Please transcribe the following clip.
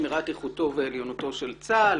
לשמירת איכותו ועליונותו של צה"ל".